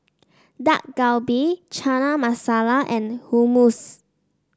Dak Galbi Chana Masala and Hummus